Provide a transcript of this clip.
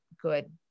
good